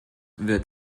wird